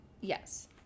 Yes